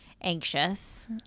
anxious